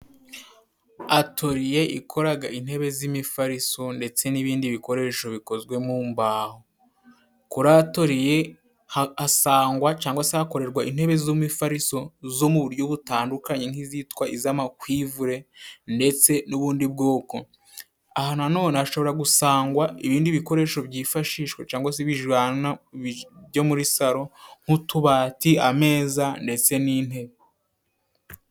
Atoriye ikora intebe z'imifariso ndetse n'ibindi bikoresho bikozwe mu mbaho. Kuri atoriye hasangwa cyangwa se hakorerwa intebe z'imafariso zo mu buryo butandukanye nk'izitwa iz'amakwivure ndetse n'ubundi bwoko. Aha nanone hashobora gusangwa ibindi bikoresho byifashishwa cyangwa se bijyana byo muri saro nk'utubati, ameza, ndetse n'intebe.